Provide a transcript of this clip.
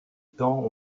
temps